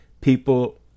people